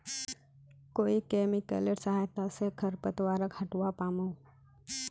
कोइ केमिकलेर सहायता से खरपतवार हटावा पामु